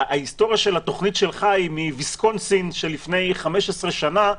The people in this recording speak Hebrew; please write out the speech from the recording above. ההיסטוריה של התוכנית היא מתוכנית ויסקונסין של לפני 15 שנים,